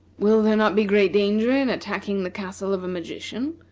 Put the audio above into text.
will there not be great danger in attacking the castle of a magician?